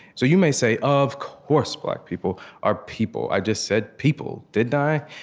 so you may say, of course black people are people. i just said people didn't i?